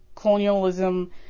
Colonialism